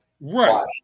right